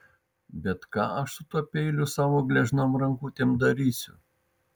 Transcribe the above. bet ką aš su tuo peiliu savo gležnom rankutėm darysiu